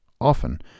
Often